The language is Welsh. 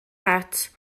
het